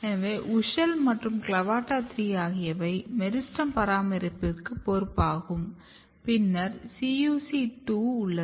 எனவே WUSCHEL மற்றும் CLAVATA3 ஆகியவை மெரிஸ்டெம் பராமரிப்பிற்கு பொறுப்பாகும் பின்னர் CUC2 உள்ளது